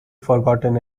forgotten